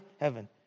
heaven